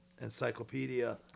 encyclopedia